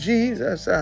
Jesus